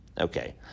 Okay